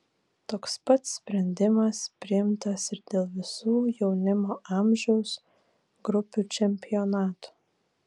toks pat sprendimas priimtas ir dėl visų jaunimo amžiaus grupių čempionatų